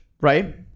right